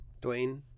dwayne